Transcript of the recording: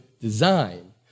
design